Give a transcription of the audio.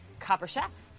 copper chef.